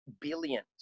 billions